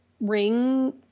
ring